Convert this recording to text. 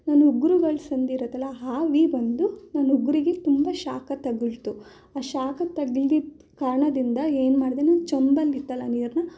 ನನ್ನ ಉಗ್ರುಗಳ ಸಂಧಿ ಇರುತ್ತಲ್ಲ ಆವಿ ಬಂದು ನನ್ನ ಉಗುರಿಗೆ ತುಂಬ ಶಾಖ ತಗುಲಿತು ಆ ಶಾಖ ತಗುಲಿದ್ದ ಕಾರಣದಿಂದ ಏನು ಮಾಡದೆ ನಾನು ಚೊಂಬಲ್ಲಿತ್ತಲ್ಲ ನೀರನ್ನ